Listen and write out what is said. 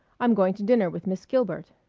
i'm going to dinner with miss gilbert.